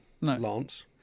Lance